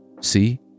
See